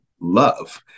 love